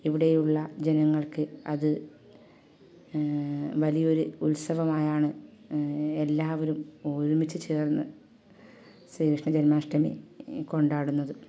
ഇവിടെയുള്ള ജനങ്ങൾക്ക് അതു വലിയ ഒരു ഉത്സവമായാണ് എല്ലാവരും ഒരുമിച്ച് ചേർന്ന് ശ്രീ കൃഷ്ണ ജന്മാഷ്ടമി കൊണ്ടാടുന്നത്